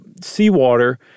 seawater